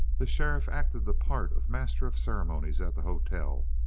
the sheriff acted the part of master of ceremonies at the hotel,